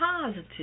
positive